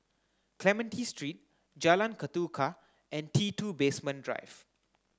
Clementi Street Jalan Ketuka and T Two Basement Drive